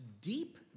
deep